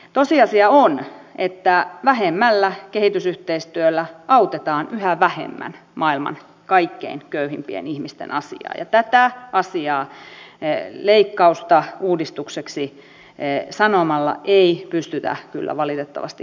tosiasia on että vähemmällä kehitysyhteistyöllä autetaan yhä vähemmän maailman kaikkein köyhimpien ihmisten asiaa ja tätä asiaa ei kyllä valitettavasti pystytä korjaamaan sanomalla leikkausta uudistukseksi